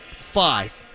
five